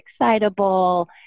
excitable